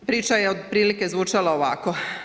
Priča je otprilike zvučala ovako.